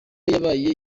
yabaye